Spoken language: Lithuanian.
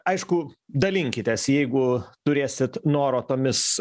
aišku dalinkitės jeigu turėsit noro tomis